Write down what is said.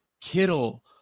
Kittle